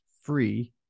free